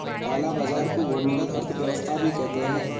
काला बाजार को भूमिगत अर्थव्यवस्था भी कहते हैं